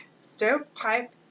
stovepipe